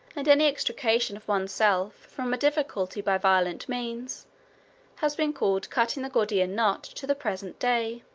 and any extrication of one's self from a difficulty by violent means has been called cutting the gordian knot to the present day.